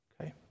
okay